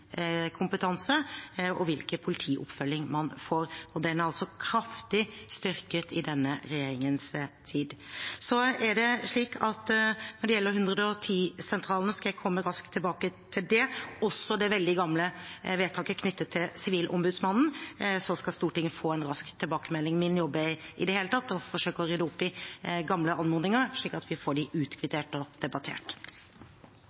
politioppfølging man får, og den er altså kraftig styrket i denne regjeringens tid. Når det gjelder 110-sentralene, skal jeg komme raskt tilbake til det. Også når det gjelder det veldig gamle vedtaket knyttet til sivilombudsmannen, skal Stortinget få en rask tilbakemelding. Min jobb er i det hele tatt å forsøke å rydde opp i gamle anmodninger, slik at vi får